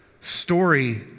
Story